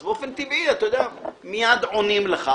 אז באופן טבעי מיד עונים לך.